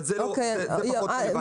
אבל זה פחות רלוונטי.